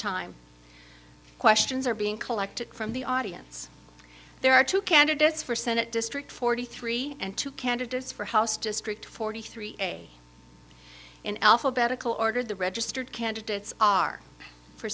time questions are being collected from the audience there are two candidates for senate district forty three and two candidates for house district forty three a in alphabetical order the registered candidates are for